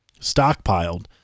stockpiled